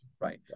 Right